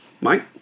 Mike